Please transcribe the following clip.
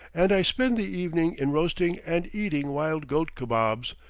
and i spend the evening in roasting and eating wild-goat kabobs,